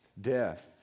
Death